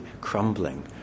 crumbling